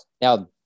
Now